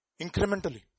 incrementally